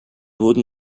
wooden